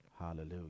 Hallelujah